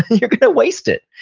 you're going to waste it.